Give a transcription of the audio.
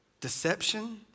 deception